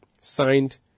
Signed